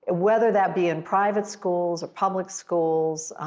ah whether that be in private schools, public schools,